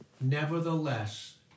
nevertheless